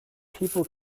people